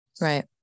right